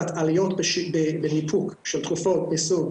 מבחינת עליות בניפוק של תרופות מסוג